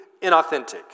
inauthentic